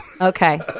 Okay